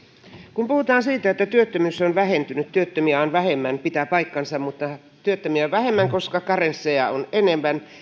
kun puhutaan siitä että työttömyys on vähentynyt työttömiä on vähemmän pitää paikkansa mutta työttömiä on vähemmän koska karensseja on enemmän